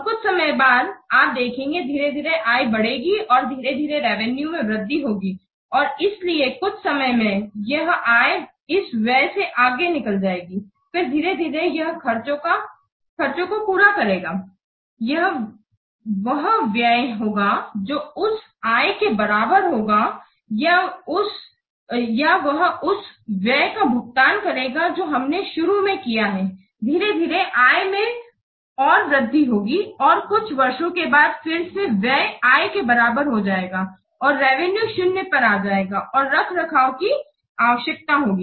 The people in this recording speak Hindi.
और कुछ समय बाद आप देखेंगे धीरे धीरे आय बढ़ेगी और धीरे धीरे रेवेनुए में वृद्धि होगी और इसलिए कुछ समय मेंयह आय इस व्यय से आगे निकल जाएगी फिर धीरे धीरे यह खर्चों को पूरा करेगा यह वह व्यय होगा जो उस आय के बराबर होगा या वह उस व्यय का भुगतान करेगा जो हमने शुरू में किया है धीरे धीरे आय में और वृद्धि होगी और कुछ वर्षों के बाद फिर से व्यय आय के बराबर हो जाएगा और रेवेनुए शून्य पर आ जाएगा और रखरखाव कि आवश्कयता होगी